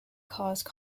caused